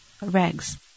rags